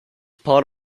part